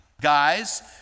guys